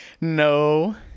No